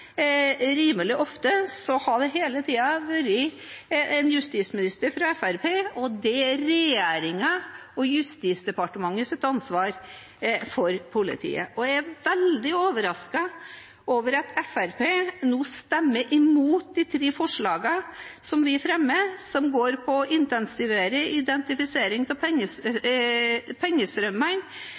rimelig ofte, har det hele tiden vært en justisminister fra Fremskrittspartiet, og det er regjeringen og Justisdepartementet som har ansvar for politiet. Jeg er veldig overrasket over at Fremskrittspartiet nå stemmer imot de tre forslagene som vi fremmer, som går på å intensivere identifiseringen av pengestrømmene,